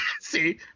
See